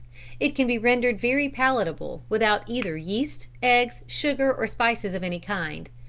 it can be rendered very palatable without either yeast, eggs, sugar or spices of any kind.